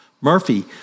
Murphy